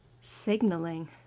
signaling